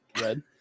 Red